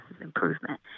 improvement